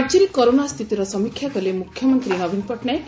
ରାକ୍ୟରେ କରୋନା ସ୍ତିତିର ସମୀକ୍ଷା କଲେ ମୁଖ୍ୟମନ୍ତୀ ନବୀନ ପଟ୍ଟନାୟକ